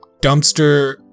dumpster